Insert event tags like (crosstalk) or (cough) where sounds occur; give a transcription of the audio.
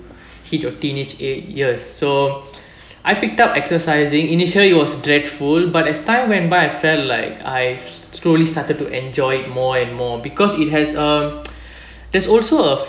hit your teenage eight years so I picked up exercising initially it was dreadful but as time went by I felt like I slowly started to enjoy it more and more because it has uh (breath) there's also uh